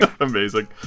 Amazing